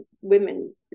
women